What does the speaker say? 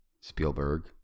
Spielberg